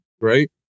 right